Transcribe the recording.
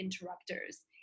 interrupters